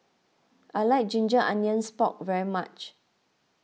I like Ginger Onions Pork very much